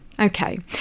Okay